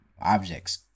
objects